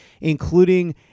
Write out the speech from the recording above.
including